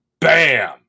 Bam